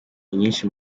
nyinshi